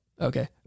Okay